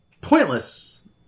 pointless